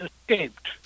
escaped